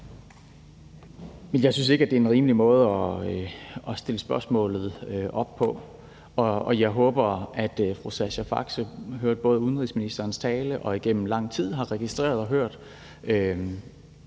Jeg synes ikke, det er en rimelig måde at stille spørgsmålet op på, og jeg håber, at fru Sascha Faxe har hørt udenrigsministerens tale og igennem lang tid både har registreret og hørt